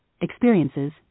experiences